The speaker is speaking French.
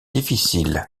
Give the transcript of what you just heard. difficile